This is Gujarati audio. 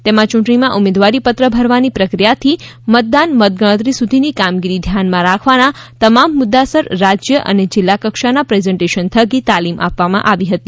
તેમાં ચૂંટણીમાં ઉમેદવારી પત્ર ભરવાની પ્રક્રિયાથી મતદાન મતગણતરી સુધીની કામગીરી ધ્યાનમાં રાખવાના તમામ મુદ્દાસર રાજ્ય અને જીલ્લા કક્ષાના પ્રેઝન્ટેશન થકી તાલીમ આપવામાં આવી હતી